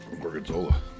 Gorgonzola